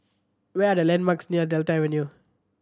where are the landmarks near Delta Avenue